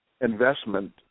investment